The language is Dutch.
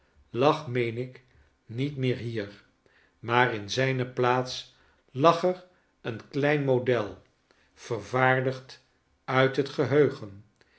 lag meen ik niet meer hier maar in zrjne plaats lag er een klein model vervaardigd uit het geheugen